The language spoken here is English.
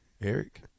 Eric